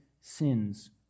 sins